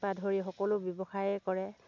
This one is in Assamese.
পা ধৰি সকলো ব্য়ৱসায়ে কৰে